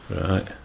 Right